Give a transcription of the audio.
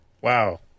Wow